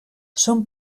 són